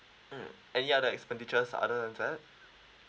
mm any other expenditures other than that